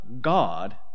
God